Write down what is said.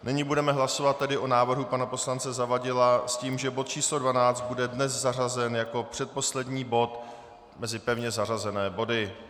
Nyní tedy budeme hlasovat o návrhu pana poslance Zavadila s tím, že bod číslo 12 bude dnes zařazen jako předposlední bod mezi pevně zařazené body.